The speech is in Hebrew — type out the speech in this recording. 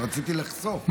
רציתי לחסוך.